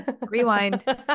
rewind